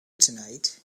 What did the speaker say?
tonight